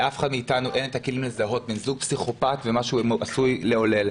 לאף אחד מאתנו אין את הכלים לזהות בן זוג פסיכופט ומה שהוא עשוי לעולל.